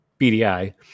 BDI